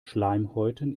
schleimhäuten